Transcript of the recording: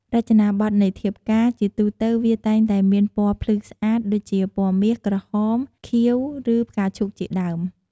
រចនាបថនៃធៀបការ ជាទូទៅវាតែងតែមានពណ៌ភ្លឺស្អាត ដូចជា ពណ៌មាស ក្រហម ខៀវ ឬ ផ្កាឈូកជាដើម។